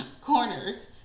corners